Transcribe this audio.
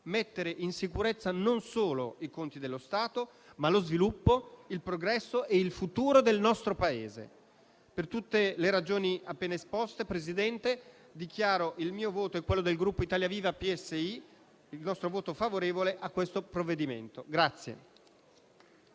mettere in sicurezza non solo i conti dello Stato ma lo sviluppo, il progresso e il futuro del nostro Paese. Per tutte le ragioni appena esposte, signor Presidente, anche a nome del mio Gruppo Italia Viva-PSI dichiaro il nostro voto favorevole a questo provvedimento.